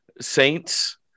saints